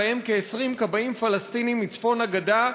ובהם כ-20 כבאים פלסטינים מצפון הגדה,